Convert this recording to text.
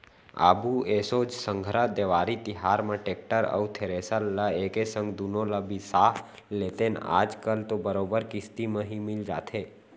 बाबू एसो संघरा देवारी तिहार म टेक्टर अउ थेरेसर ल एके संग दुनो ल बिसा लेतेन आज कल तो बरोबर किस्ती म मिल ही जाथे